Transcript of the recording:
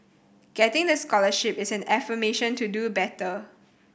getting the scholarship is an affirmation to do better